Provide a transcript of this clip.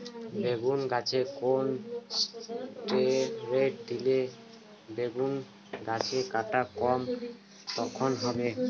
বেগুন গাছে কোন ষ্টেরয়েড দিলে বেগু গাছের কাঁটা কম তীক্ষ্ন হবে?